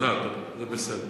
תודה, תודה, זה בסדר.